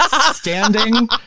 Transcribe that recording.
Standing